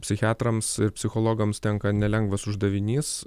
psichiatrams ir psichologams tenka nelengvas uždavinys